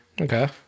Okay